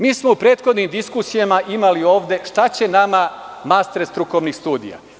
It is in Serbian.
Mi smo u prethodnim diskusijama imali ovde - šta će nama master strukovnih studija?